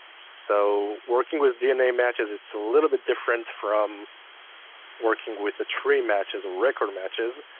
so working with dna matches, it's a little bit different from working with the tree matches, record matches.